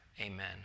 Amen